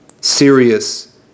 serious